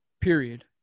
period